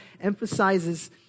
emphasizes